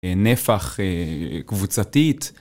נפח קבוצתית.